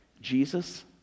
Jesus